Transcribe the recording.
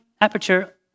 aperture